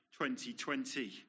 2020